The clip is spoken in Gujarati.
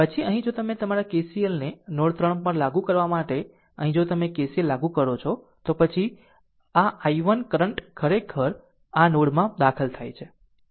પછી અહીં જો તમે તમારા KCLને નોડ 3 પર લાગુ કરવા માટે અહીં જો તમે KCL લાગુ કરો છો તો પછી આ i1 કરંટ ખરેખર આ નોડ માં દાખલ થાય છે